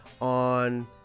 on